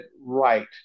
right